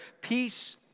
Peace